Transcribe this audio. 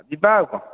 ଯିବା ଆଉ କ'ଣ